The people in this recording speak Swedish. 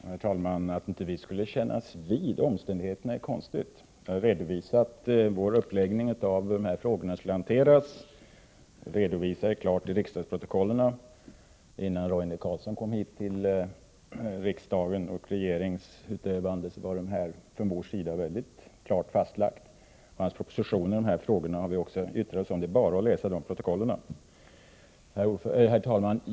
Herr talman! Det är konstigt att statsrådet påstår att vi inte skulle kännas vid omständigheterna. Jag har redovisat vår uppläggning av hur dessa frågor skulle hanteras. Detta finns också klart redovisat i riksdagsprotokollen. Och innan Roine Carlsson kom till regeringen fanns detta klart fastlagt i propositioner och yttranden från vår sida, så det är bara att läsa handlingarna. Herr talman!